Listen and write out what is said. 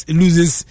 loses